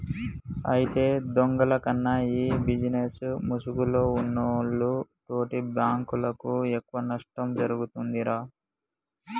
అయితే దొంగల కన్నా ఈ బిజినేస్ ముసుగులో ఉన్నోల్లు తోటి బాంకులకు ఎక్కువ నష్టం ఒరుగుతుందిరా